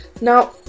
Now